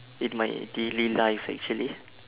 in my daily life actually